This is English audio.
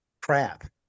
crap